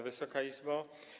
Wysoka Izbo!